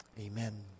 Amen